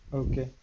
okay